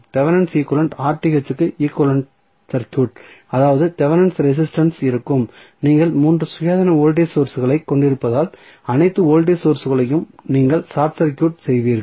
Thevenin equivalent க்கு equivalent circuit அதாவது Thevenin resistance இருக்கும் நீங்கள் 3 சுயாதீன வோல்டேஜ் சோர்ஸ்களைக் கொண்டிருப்பதால் அனைத்து வோல்டேஜ் சோர்ஸ்களையும் நீங்கள் ஷார்ட் சர்க்யூட் செய்வீர்கள்